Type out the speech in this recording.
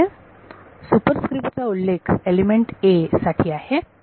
म्हणजे super script चा उल्लेख एलिमेंट a साठी आहे